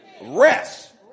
rest